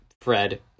Fred